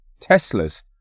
Teslas